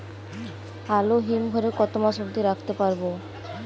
আলু হিম ঘরে কতো মাস অব্দি রাখতে পারবো?